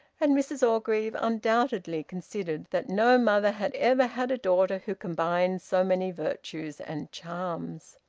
and mrs orgreave undoubtedly considered that no mother had ever had a daughter who combined so many virtues and charms.